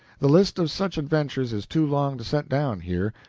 the list of such adventures is too long to set down here.